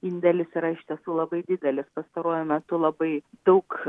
indėlis yra iš tiesų labai didelis pastaruoju metu labai daug